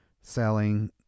selling